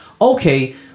okay